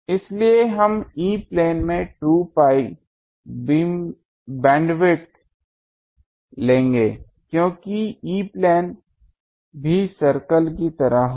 इसलिए हम E plane में 2 pi बैंडविड्थ लेंगे क्योंकि E प्लेन भी सर्कल की तरह होगा